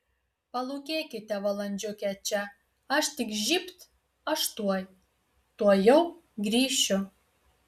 palūkėkite valandžiukę čia aš tik žybt aš tuoj tuojau grįšiu